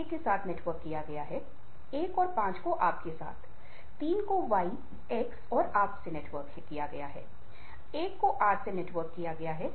दोनों में अंतर करना मुश्किल है क्योंकि हाल ही में बहुत सारे साहित्य हैं जो भावना और अनुभूति से संबंधित हैं